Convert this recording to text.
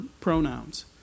pronouns